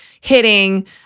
hitting